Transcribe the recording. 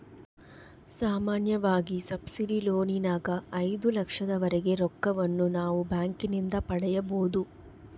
ಸಾಮಾನ್ಯವಾಗಿ ಸಬ್ಸಿಡಿ ಲೋನಿನಗ ಐದು ಲಕ್ಷದವರೆಗೆ ರೊಕ್ಕವನ್ನು ನಾವು ಬ್ಯಾಂಕಿನಿಂದ ಪಡೆಯಬೊದು